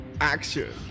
action